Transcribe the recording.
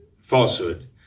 falsehood